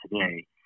today